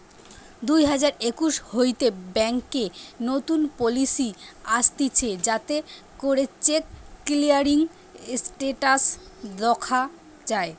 দুই হাজার একুশ হইতে ব্যাংকে নতুন পলিসি আসতিছে যাতে করে চেক ক্লিয়ারিং স্টেটাস দখা যায়